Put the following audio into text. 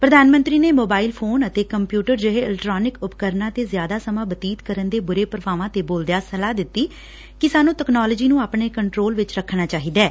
ਪ੍ਰਧਾਨ ਮੰਤਰੀ ਨੇ ਮੋਬਾਇਲ ਫੋਨ ਅਤੇ ਕੰਪਿਉਟਰ ਜਿਹੇ ਇਲੈਕਟ੍ਟਾਨਿਕ ਉਪਕਰਨਾਂ ਤੇ ਜ਼ਿਆਦਾ ਸਮਾਂ ਬਤੀਤ ਕਰਨ ਦੇ ਬੂਰੇ ਪੂਭਾਵਾਂ ਤੇ ਬੋਲਦਿਆਂ ਸੋਲਾਹ ਦਿੱਤੀ ਕਿ ਸਾਨੂੰ ਤਕਨਾਲੋਜੀ ਨੂੰ ਆਪਣੇ ਕੰਟਰੋਲ ਚ ਰੱਖਣਾ ਚਾਹੀਦੈ